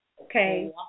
Okay